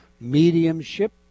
mediumship